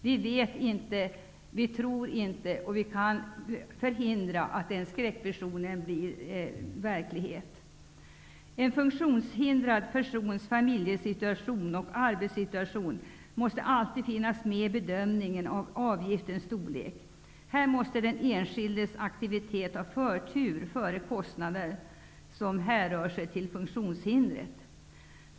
Jag tror också att vi kan förhindra att den skräckvisionen blir verklighet. En funktionshindrad persons familjesituation och arbetssituation måste alltid finnas med i bedömningen av avgiftens storlek. Här måste den enskildes aktivitet ha förtur före kostnader som hänför sig till funktionshindret.